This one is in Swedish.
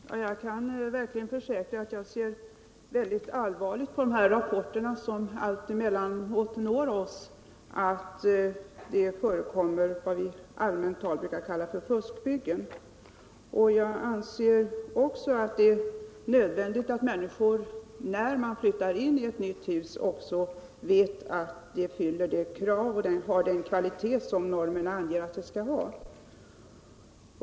Herr talman! Jag kan verkligen försäkra att jag ser mycket allvarligt på de rapporter som alltemellanåt når oss om att det förekommer vad vii allmänt tal brukar kalla för fuskbyggen. Jag anser också att det är nödvändigt att människor när de flyttar in i ett nytt hus skall kunna lita på att detta fyller de krav och har den kvalitet som anges i normerna.